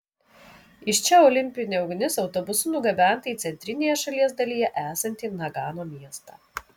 iš čia olimpinė ugnis autobusu nugabenta į centrinėje šalies dalyje esantį nagano miestą